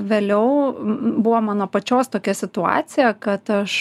vėliau buvo mano pačios tokia situacija kad aš